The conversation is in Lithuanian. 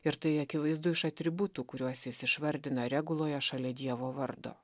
ir tai akivaizdu iš atributų kuriuos jis išvardino reguloje šalia dievo vardo